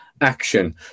action